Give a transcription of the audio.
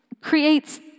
creates